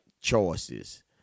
choices